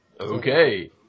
Okay